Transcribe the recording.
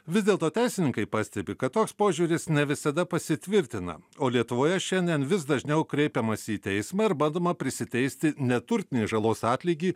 vis dėlto teisininkai pastebi kad toks požiūris ne visada pasitvirtina o lietuvoje šiandien vis dažniau kreipiamasi į teismą ir bandoma prisiteisti neturtinės žalos atlygį